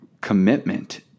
commitment